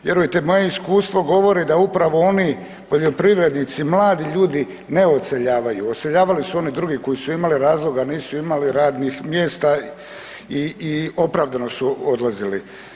Vjerujte moje iskustvo govori da upravo oni poljoprivrednici mladi ljudi ne odseljavaju, odseljavali su oni drugi koji su imali razloga, nisu imali radnih mjesta i opravdano su odlazili.